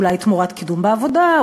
אולי תמורת קידום בעבודה.